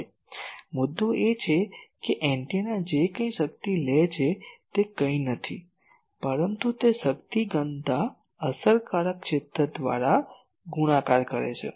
હવે મુદ્દો એ છે કે એન્ટેના જે કંઇક શક્તિ લે છે તે કંઈ નથી પરંતુ તે શક્તિ ઘનતા અસરકારક ક્ષેત્ર દ્વારા ગુણાકાર કરે છે